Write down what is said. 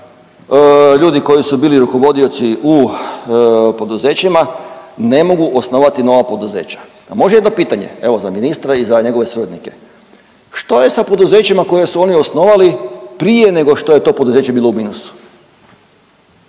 ljudi koji su bili rukovodioci u poduzećima ne mogu osnovati nova poduzeća. Može jedno pitanje evo za ministra i za njegove suradnike? Što je sa poduzećima koje su oni osnovali prije nego što je to poduzeće bilo u minusu.